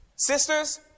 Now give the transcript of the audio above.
Sisters